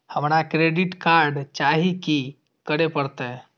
हमरा credit card चाही की करे परतै?